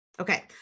Okay